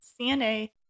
CNA